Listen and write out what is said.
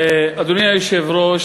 אדוני היושב-ראש,